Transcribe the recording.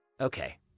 Okay